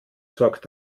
sorgt